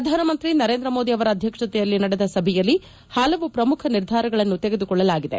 ಪ್ರಧಾನ ಮಂತ್ರಿ ನರೇಂದ್ರ ಮೋದಿ ಅವರ ಅಧ್ಯಕ್ಷತೆಯಲ್ಲಿ ನಡೆದ ಸಭೆಯಲ್ಲಿ ಪಲವು ಪ್ರಮುಖ ನಿರ್ಧಾರಗಳನ್ನು ತೆಗೆದುಕೊಳ್ಳಲಾಗಿದೆ